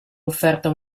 offerta